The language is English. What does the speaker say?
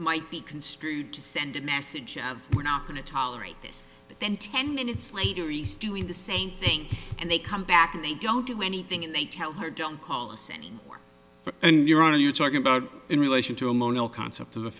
might be construed to send a message of we're not going to tolerate this but then ten minutes later east doing the same thing and they come back and they don't do anything and they tell her don't call us and you're on are you talking about in relation to a mono concept